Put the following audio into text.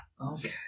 Okay